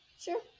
Sure